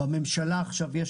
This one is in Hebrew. בממשלה עכשיו יש